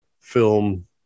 film